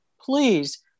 please